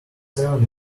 seven